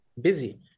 busy